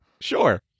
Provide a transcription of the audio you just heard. Sure